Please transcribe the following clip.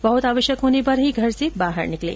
बहुत आवश्यक होने पर ही घर से बाहर निकलें